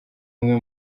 umwe